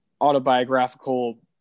autobiographical